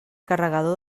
carregador